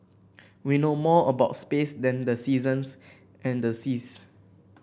we know more about space than the seasons and the seas